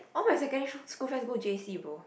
all my secondary sch~ school friends go j_c bro